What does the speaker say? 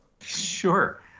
Sure